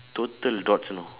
total dots you know